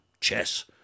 chess